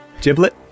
Giblet